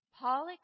Paul